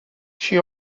she